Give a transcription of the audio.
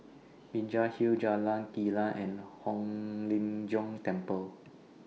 Binjai Hill Jalan Kilang and Hong Lim Jiong Temple